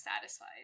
satisfied